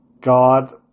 God